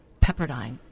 Pepperdine